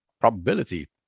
probability